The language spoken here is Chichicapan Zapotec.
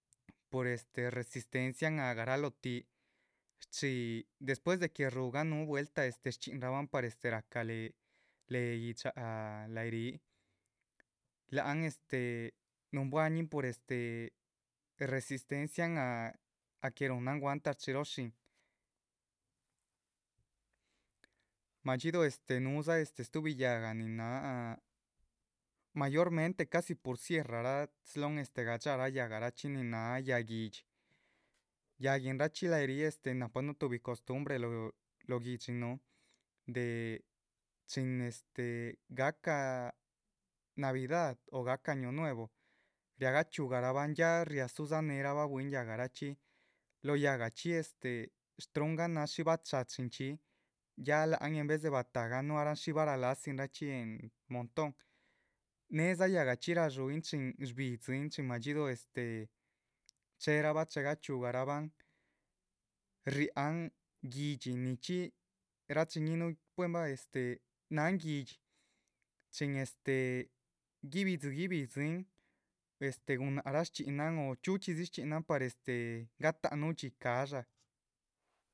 Por este resistencian ah lóho garalohotih, shchxíhi despues de que rúhugan núhu vueltah este shchxínrabahn par este rahca léhe, léhe gui´dxaha lahyi ríh,. lac han este núhunbuañin pur este resistencian a, a que ruhunran guanta shchxí roho shín, madxíduhu este núhudza este stuhbi yáhga nin náha mayormente casi pur. sierrara slóhon este gadxá yáhgachxi, nin náha yáh guídxi, yáhguinrachxi láha yih ríh, este nahpanuh tuhbi costumbre lóho guidhxi núh, de chin este gahca. navidad o gahca año nuevo riahga chxihugaraban ya riadzúhu dzaneherabah bwín yáhgarah chxí lóho yáhgachxi este, shtruhungan náha shí bachachichxí, yáh láhan en vez de. batahgan núarahn shí vara lázinchxí en montón néhedza yáhgachxi radxúyin chin shbídzin chin madxíduhu este chéherabah che gachxiúgarahbahn, riáhan guídxi, nichxí. rachiñinuh buen, náhan guídxi chin esté guibidxi guibidxin per este gunáhc raa shchxínahan o chxíuchxidzi shchxináhan par este, gatáhanuh dxí ca´dxa.